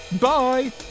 bye